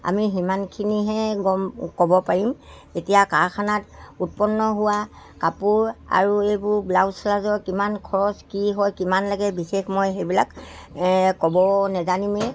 আমি সিমানখিনিহে গম ক'ব পাৰিম এতিয়া কাৰখানাত উৎপন্ন হোৱা কাপোৰ আৰু এইবোৰ ব্লাউজ চ্লাউজৰ কিমান খৰচ কি হয় কিমান লাগে বিশেষ মই সেইবিলাক ক'ব নাজানিমেই